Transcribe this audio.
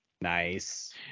nice